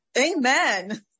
Amen